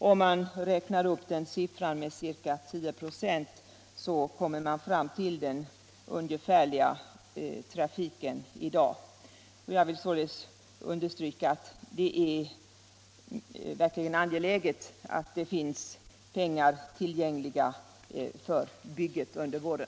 Om man räknar upp den siffran med ca 10 96 kommer man fram till den ungefärliga trafikintensiteten i dag. Jag vill således understryka att det verkligen är angeläget att det finns pengar tillgängliga för bygget under våren.